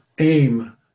aim